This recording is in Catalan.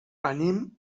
anem